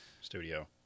studio